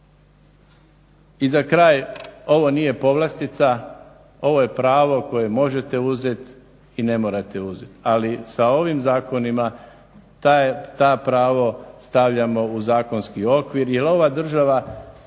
I za kraj, ovo nije povlastica ovo je pravo koje možete uzeti i ne morate uzeti. Ali sa ovim zakonima to pravo stavljamo u zakonski okvir jer ova država